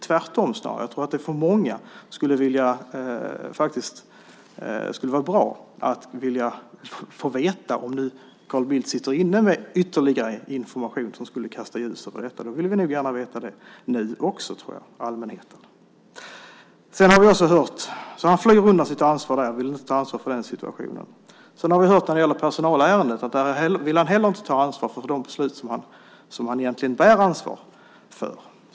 Tvärtom tror jag snarare att det för många skulle vara bra att få veta om Carl Bildt sitter inne med ytterligare information som skulle kasta ljus över detta. Då vill vi och allmänheten nog gärna veta det nu också. Han flyr alltså undan sitt ansvar och vill inte ta ansvar för den situationen. När det gäller personalärendet har vi hört att han inte heller vill ta ansvar för de beslut som han egentligen bär ansvar för.